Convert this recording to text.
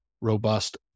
robust